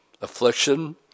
Affliction